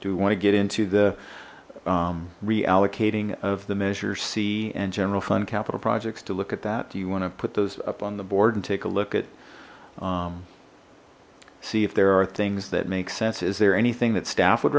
we want to get into the reallocating of the measure c and general fund capital projects to look at that do you want to put those up on the board and take a look at see if there are things that make sense is there anything that staff would